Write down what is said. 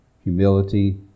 humility